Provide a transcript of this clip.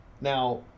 Now